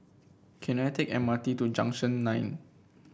can I take M R T to Junction Nine